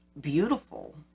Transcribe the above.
beautiful